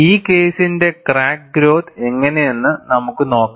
ഈ കേസിന്റെ crack growth എങ്ങനെയെന്ന് നമുക്ക് നോക്കാം